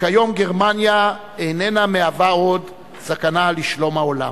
וכיום גרמניה איננה מהווה עוד סכנה לשלום העולם.